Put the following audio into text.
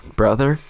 brother